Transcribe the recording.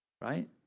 right